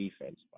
defense